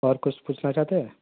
اور کچھ پوچھنا چاہتے ہیں